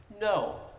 No